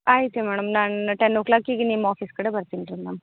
ಆಯ್ತು ರೀ ಮೇಡಮ್ ನಾನು ಟೆನ್ ಓ ಕ್ಲಾಕಿಗೆ ನಿಮ್ಮ ಆಫೀಸ್ ಕಡೆ ಬರ್ತಿನಿ ರೀ ಮ್ಯಾಮ್